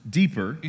deeper